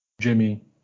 Jimmy